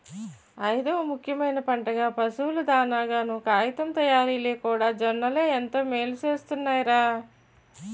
ఐదవ ముఖ్యమైన పంటగా, పశువుల దానాగాను, కాగితం తయారిలోకూడా జొన్నలే ఎంతో మేలుసేస్తున్నాయ్ రా